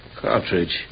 Cartridge